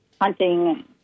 hunting